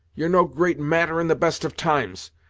you're no great matter in the best of times,